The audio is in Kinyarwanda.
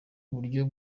uburyo